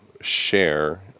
share